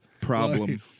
problem